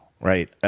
right